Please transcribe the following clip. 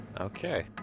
Okay